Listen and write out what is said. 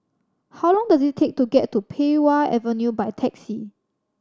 how long does it take to get to Pei Wah Avenue by taxi